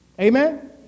Amen